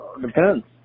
Depends